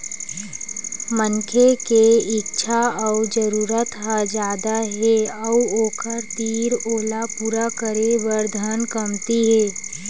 मनखे के इच्छा अउ जरूरत ह जादा हे अउ ओखर तीर ओला पूरा करे बर धन कमती हे